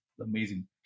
amazing